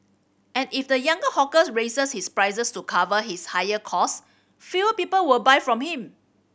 and if the younger hawkers raises his prices to cover his higher cost few people will buy from him